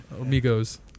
Amigos